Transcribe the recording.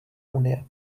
unie